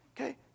Okay